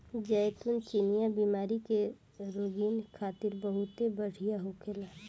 जैतून चिनिया बीमारी के रोगीन खातिर बहुते बढ़िया होखेला